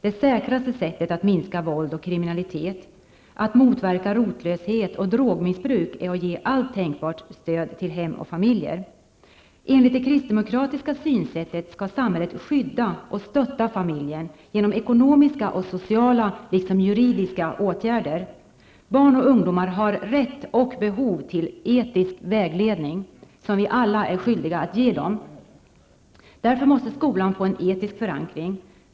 Det säkraste sättet att minska våld och kriminalitet, att motverka rotlöshet och drogbruk, är att ge allt tänkbart stöd till hem och familjer. Enligt det kristdemokratiska synsättet skall samhället skydda och stötta familjen genom ekonomiska, sociala och juridiska åtgärder. Barn och ungdomar har rätt till och behov av etisk vägledning, något som vi alla är skyldiga att ge dem. Skolan måste därför få en etisk förankring.